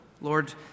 Lord